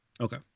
Okay